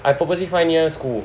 I purposely find near school